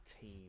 team